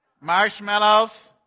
marshmallows